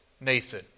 Nathan